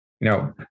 No